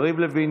יריב לוין,